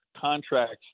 contracts